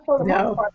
No